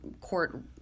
court